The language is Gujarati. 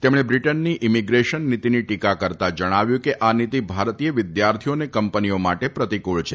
તેમણે બ્રિટનની ઇમીગ્રેશન નીતીની ટીકા કરતા જણાવ્યું હતું કે આ નીતી ભારતીય વિદ્યાર્થીઓ તથા કંપનીઓ માટે પ્રતિકૂળ છે